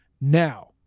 Now